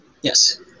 yes